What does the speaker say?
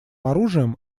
оружием